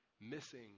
missing